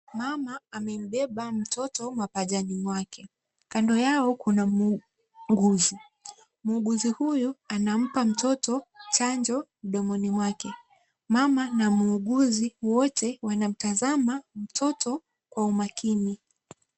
Mama amembeba mtoto mapajani mwake. Kando yao kuna muuguzi. Muuguzi huyu anampa mtoto chanjo mdomoni mwake. Mama na muuguzi wote wanamtazama mtoto kwa umakini.